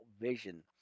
vision